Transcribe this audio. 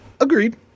Agreed